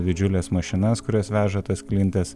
didžiules mašinas kurios veža tas klintes